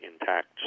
intact